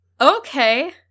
Okay